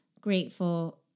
grateful